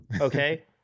Okay